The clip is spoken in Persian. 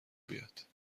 بیاد